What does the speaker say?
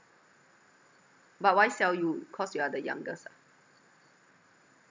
but why sell you cause you are the youngest ah